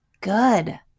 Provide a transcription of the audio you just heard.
good